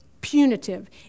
punitive